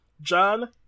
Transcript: John